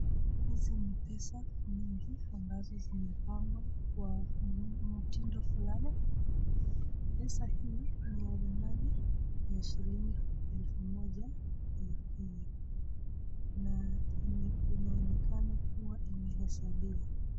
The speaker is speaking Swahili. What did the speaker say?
Hizi ni pesa nyingi, ambazo zimepangwa kwa mtindo fulani. Pesa hii ni ya dhamani ya shilingi elfu moja ya Kenya na imeonekana kuwa imehesabiwa.